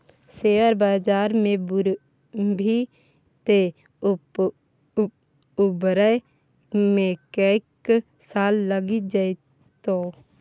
share बजार मे बुरभी तँ उबरै मे कैक साल लगि जेतौ